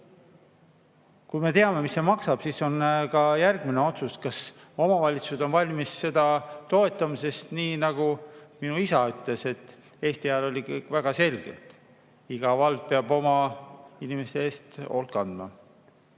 Kui me teame, mis see maksab, siis on [võimalik] ka järgmine otsus, kas omavalitsused on valmis seda toetama. Nii nagu minu isa ütles: Eesti ajal oli väga selge, et iga vald peab oma inimeste eest hoolt kandma.